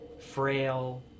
frail